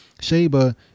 Sheba